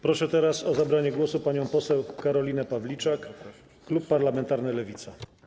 Proszę teraz o zabranie głosu panią poseł Karolinę Pawliczak, klub parlamentarny Lewica.